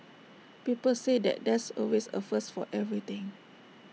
people say that there's always A first for everything